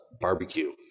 barbecue